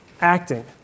acting